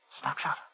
Snapshot